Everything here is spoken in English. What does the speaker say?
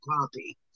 copy